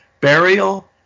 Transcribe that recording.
Burial